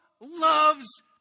loves